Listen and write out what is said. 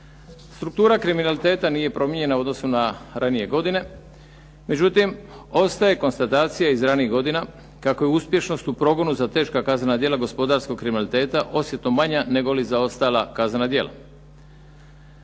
Struktura kriminaliteta nije promijenjena u odnosu na ranije godine, međutim ostaje konstatacija iz ranijih godina kako je uspješnost u progonu za teška kaznena djela gospodarskog kriminaliteta osjetno manja negoli za ostala kaznena djela.